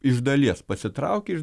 iš dalies pasitraukė iš